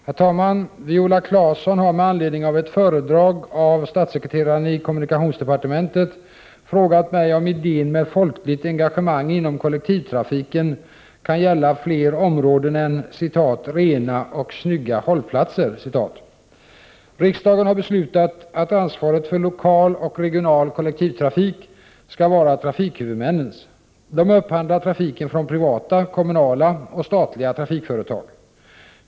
Herr talman! Viola Claesson har med anledning av ett föredrag av statssekreteraren i kommunikationsdepartementet frågat mig om idén med folkligt engagemang inom kollektivtrafiken kan gälla fler områden än ”rena och snygga hållplatser”. Riksdagen har beslutat att ansvaret för lokal och regional kollektivtrafik skall vara trafikhuvudmännens. De upphandlar trafiken från privata, kommunala och statliga trafikföretag.